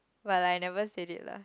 but I never say it lah